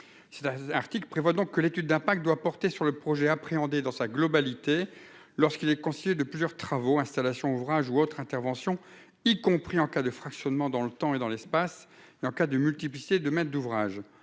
Cet article prévoit donc que l'étude d'impact doit porter sur le projet appréhendé dans sa globalité, lorsqu'il est constitué de plusieurs travaux- travaux de construction, d'installations ou d'ouvrages, ou autres interventions -, y compris en cas de fractionnement dans le temps et dans l'espace et en cas de multiplicité des maîtres d'ouvrage.